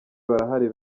barahari